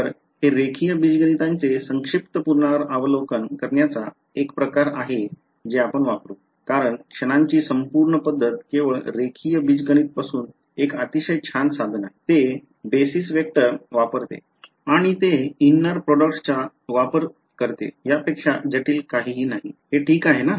तर हे रेखीय बीजगणिताचे संक्षिप्त पुनरावलोकन करण्याचा एक प्रकार आहे जे आपण वापरू कारण क्षणांची संपूर्ण पद्धत केवळ रेखीय बीजगणित पासून एक अतिशय छान साधन आहे ते बेस वेक्टर वापरते आणि ते inner productsचा वापर करते यापेक्षा जटिल काहीही नाही हे ठीक आहे का